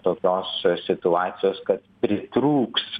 tokios situacijos kad pritrūks